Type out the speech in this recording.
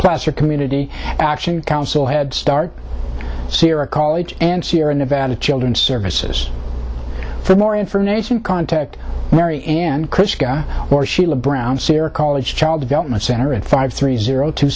placer community action council headstart sirrah college and sierra nevada children services for more information contact mary and chris guy or sheila brown sierra college child development center at five three zero two